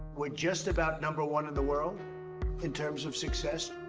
we're just about number one in the world in terms of success.